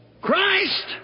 Christ